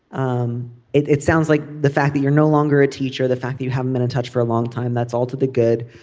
um it it sounds like the fact that you're no longer a teacher the fact you haven't been in touch for a long time that's all to the good.